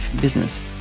business